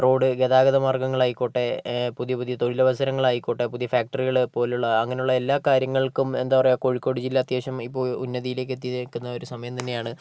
road ഗതാഗത മാർഗ്ഗങ്ങളായിക്കോട്ടെ പുതിയ പുതിയ തൊഴിലവസരങ്ങളായിക്കോട്ടെ പുതിയ ഫാക്ടറികൾ പോലുള്ള അങ്ങനെയുള്ള എല്ലാ കാര്യങ്ങൾക്കും എന്താ പറയുക കോഴിക്കോട് ജില്ല അത്യാവശ്യം ഇപ്പോൾ ഉന്നതിയിലേയ്ക്ക് എത്തിനിൽക്കുന്ന ഒരു സമയം തന്നെയാണ്